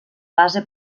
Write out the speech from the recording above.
base